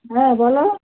হ্যাঁ বলো